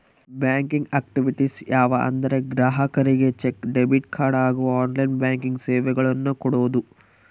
banking activities ಯಾವ ಅಂದರೆ ಗ್ರಾಹಕರಿಗೆ ಚೆಕ್, ಡೆಬಿಟ್ ಕಾರ್ಡ್ ಹಾಗೂ ಆನ್ಲೈನ್ ಬ್ಯಾಂಕಿಂಗ್ ಸೇವೆಗಳನ್ನು ಕೊಡೋದು